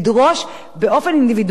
ובדרך כלל כדאי להם לעשות את זה עם עורך-דין.